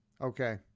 Okay